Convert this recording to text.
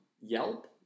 Yelp